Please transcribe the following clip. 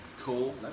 Cool